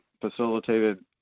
facilitated